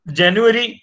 January